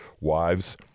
Wives